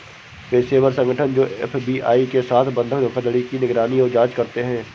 पेशेवर संगठन जो एफ.बी.आई के साथ बंधक धोखाधड़ी की निगरानी और जांच करते हैं